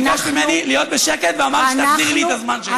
את ביקשת ממני להיות בשקט ואמרת שתחזירי לי את הזמן שלי.